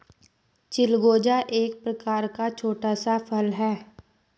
चिलगोजा एक प्रकार का छोटा सा फल है